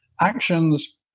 actions